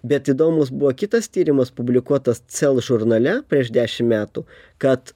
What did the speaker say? bet įdomus buvo kitas tyrimas publikuotas cel žurnale prieš dešim metų kad